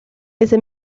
ese